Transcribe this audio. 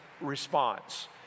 response